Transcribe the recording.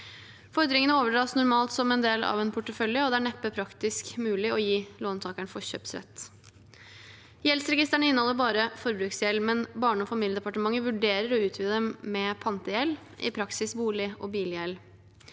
Fordringene overdras normalt som en del av en portefølje, og det er neppe praktisk mulig å gi låntakeren forkjøpsrett. Gjeldsregistrene inneholder bare forbruksgjeld, men Barne- og familiedepartementet vurderer å utvide dem med pantegjeld, i praksis bolig- og bilgjeld.